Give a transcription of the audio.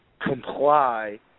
comply